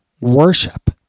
worship